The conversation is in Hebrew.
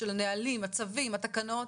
המנכ"לית של המועצה הלאומית לשלום הילד.